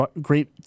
great